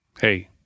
hey